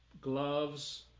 gloves